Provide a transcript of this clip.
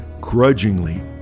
grudgingly